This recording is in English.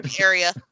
Area